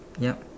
ya